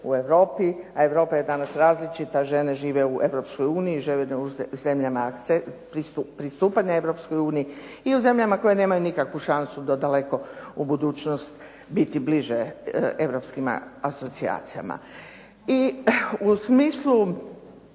u Europi, a Europa je danas različita, žene žive u Europskoj uniji, u zemljama pristupanja Europskoj uniji i u zemljama koje nemaju nikakvu šansu do daleko u budućnost biti bliže europskim asocijacijama. I u smislu